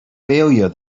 failure